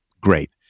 Great